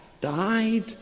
died